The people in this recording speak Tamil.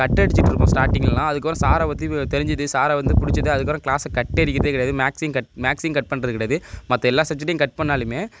கட் அடிச்சிட்டுருப்போம் ஸ்டார்டிங்ல எல்லாம் அதுக்கப்புறோம் சாரை பற்றி தெரிஞ்சிது சாரை வந்து புடிச்சிது அதுக்கப்புறோம் கிளாஸை கட் அடிக்கிறதே கிடையாது மேக்ஸியும் கட் மேக்ஸியும் கட் பண்ணுறது கிடையாது மற்ற எல்லா சப்ஜெக்ட்டியும் கட் பண்ணாலுமே